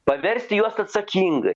paversti juos atsakingai